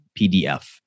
PDF